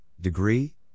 degree